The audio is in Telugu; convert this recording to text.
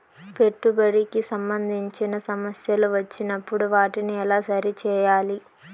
పెట్టుబడికి సంబంధించిన సమస్యలు వచ్చినప్పుడు వాటిని ఎలా సరి చేయాలి?